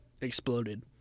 exploded